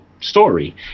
story